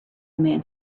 man